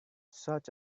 search